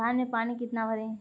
धान में पानी कितना भरें?